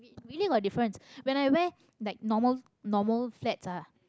really got difference when I wear like normal normal flats ah